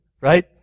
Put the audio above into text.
right